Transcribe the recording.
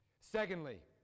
Secondly